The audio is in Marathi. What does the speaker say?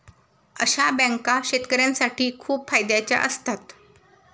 अशा बँका शेतकऱ्यांसाठी खूप फायद्याच्या असतात